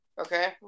Okay